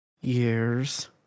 Year's